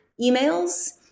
emails